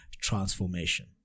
transformation